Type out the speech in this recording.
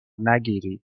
نگیرید